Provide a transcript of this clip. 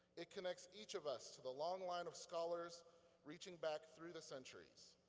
it connects each of us to the long line of scholars reaching back through the centuries.